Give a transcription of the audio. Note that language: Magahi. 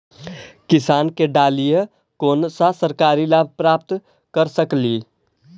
किसान के डालीय कोन सा सरकरी लाभ प्राप्त कर सकली?